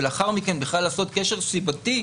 ולאחר מכן בכלל לעשות קשר סיבתי,